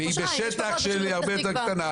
והיא בשטח של הרבה יותר קטנה.